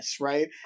right